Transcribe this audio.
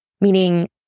meaning